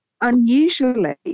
unusually